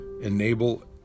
enable